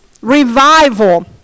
revival